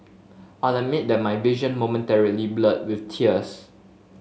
I'll admit that my vision momentarily blurred with tears